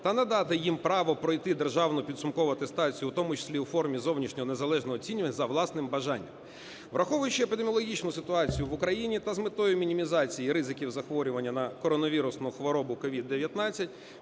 та надати їм право пройти державну підсумкову атестацію, у тому числі у формі зовнішнього незалежного оцінювання, за власним бажанням. Враховуючи епідеміологічну ситуацію в Україні та з метою мінімізації ризиків захворювання на коронавірусну хворобу COVID-19